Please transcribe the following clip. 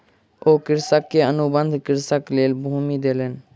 ओ कृषक के अनुबंध कृषिक लेल भूमि देलैन